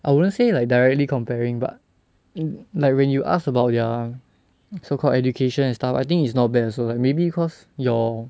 I wouldn't say like directly comparing but mm like when you ask about their so called education and stuff I think is not bad also like maybe cause your